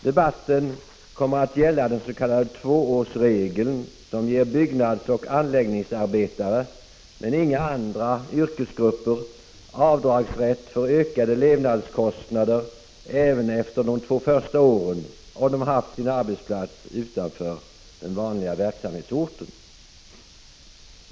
Debatten kommer att gälla den s.k. tvåårsregeln som ger byggnadsoch anläggningsarbetare, men inga andra yrkesgrupper, avdragsrätt för ökade levnadskostnader även efter de två första åren, om de haft sin arbetsplats utanför den vanliga verksamhetsorten.